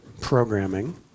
programming